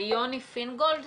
יוני פיינגולד